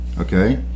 okay